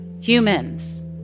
humans